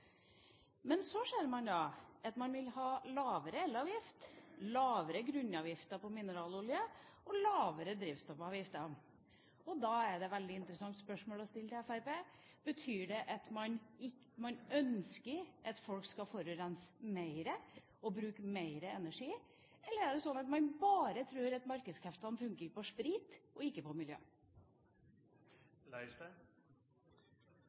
Men så ser man at Fremskrittspartiet vil ha lavere elavgift, lavere grunnavgift på mineralolje og lavere drivstoffavgift. Et veldig interessant spørsmål å stille Fremskrittspartiet da, er: Betyr det at man ønsker at folk skal forurense mer og bruke mer energi, eller er det sånn at man tror at markedskreftene funker bare på sprit, og ikke på